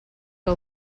que